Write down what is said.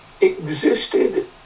existed